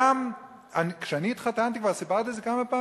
גם כשאני התחתנתי, כבר סיפרתי את זה כמה פעמים,